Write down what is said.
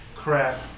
crap